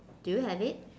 do you have it